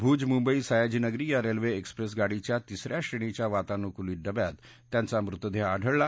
भूज मुंबई सयाजीनगरी या railway express गाडीच्या तीसऱ्या श्रेणीच्या वातानुकुलीत डब्यात त्यांचा मृतदेह आढळला